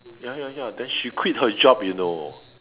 ya ya ya then she quit her job you know